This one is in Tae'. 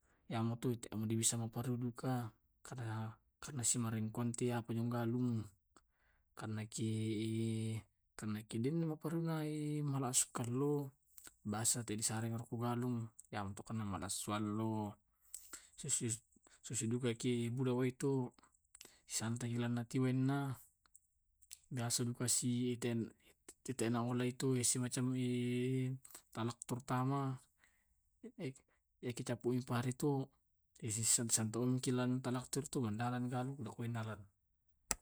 Yamutu siparuduka, karena sipangasuntiki kudung galung. karena pernai malas sukarro basae tu saring kuro galung. Tomakenna manau suallow sisidugaki puwaetu. santaki ilainna. Biasa dukasie wc tumacam mulae talaktor tama eki cappumi pari tu diseseikantongi talaktor tu.